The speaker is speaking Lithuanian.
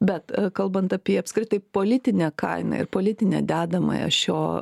bet kalbant apie apskritai politinę kainą ir politinę dedamąją šio